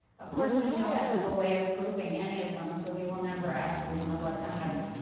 of course, there's no ethical way of proving any of them, so we will never actually know what happened.